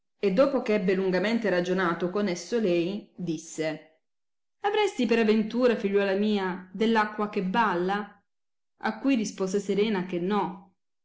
e dopo che ebbe lungamente ragionato con esso lei disse avresti per aventura figliuola mia dell acqua che balla a cui rispose serena che no